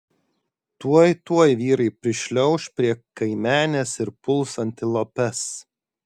tuoj tuoj vyrai prišliauš prie kaimenės ir puls antilopes